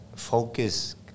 Focus